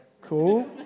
Cool